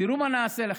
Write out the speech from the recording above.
תראו מה נעשה לכם.